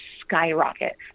skyrocket